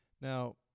Now